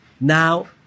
now